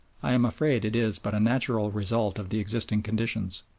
i am afraid it is but a natural result of the existing conditions.